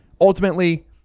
ultimately